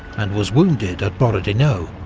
and was wounded at borodino.